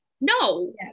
no